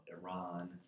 Iran